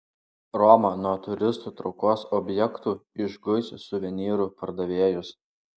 roma nuo turistų traukos objektų išguis suvenyrų pardavėjus